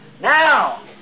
Now